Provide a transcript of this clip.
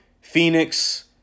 Phoenix